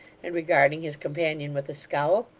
and regarding his companion with a scowl.